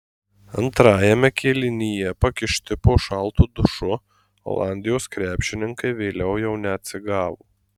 antrajame kėlinyje pakišti po šaltu dušu olandijos krepšininkai vėliau jau neatsigavo